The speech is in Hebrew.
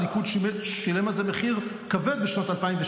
הליכוד שילם על זה מחיר כבד בשנת 2006